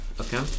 okay